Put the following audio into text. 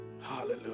hallelujah